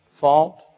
fault